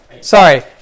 Sorry